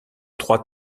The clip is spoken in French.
trois